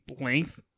length